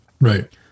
Right